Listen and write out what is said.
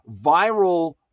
viral